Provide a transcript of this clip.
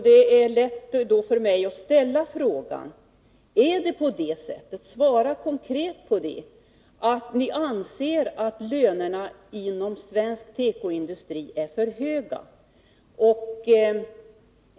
Det är lätt för mig att ställa frågan: Anser ni — svara konkret på det — att lönerna inom svensk tekoindustri är för höga?